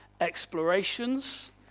explorations